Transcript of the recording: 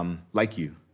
um like you.